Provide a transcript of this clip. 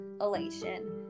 elation